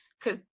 cause